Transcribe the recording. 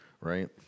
Right